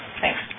thanks